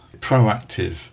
proactive